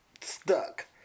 stuck